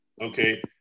Okay